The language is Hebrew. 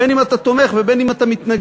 בין אם אתה תומך ובין אם אתה מתנגד,